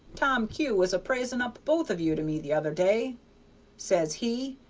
tom kew was a-praisin' up both of you to me the other day says he,